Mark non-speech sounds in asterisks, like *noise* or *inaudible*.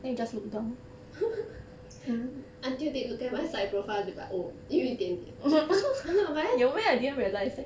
*laughs* until they look at my side profile they'd be like oh 有一点点 but then